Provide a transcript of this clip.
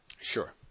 Sure